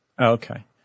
Okay